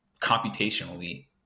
computationally